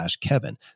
kevin